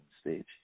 stage